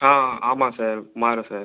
ஆ ஆமாம் சார் மாறும் சார்